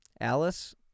Alice